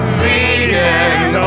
vegan